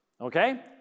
Okay